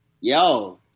Yo